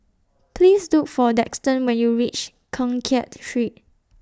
Please Look For Daxton when YOU REACH Keng Kiat Street